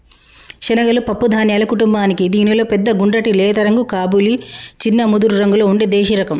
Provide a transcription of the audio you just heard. శనగలు పప్పు ధాన్యాల కుటుంబానికీ దీనిలో పెద్ద గుండ్రటి లేత రంగు కబూలి, చిన్న ముదురురంగులో ఉండే దేశిరకం